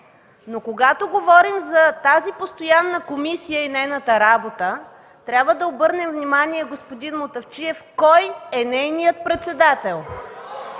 Но когато говорим за тази постоянна комисия и нейната работа, трябва да обърнем внимание, господин Мутафчиев, кой е нейният председател.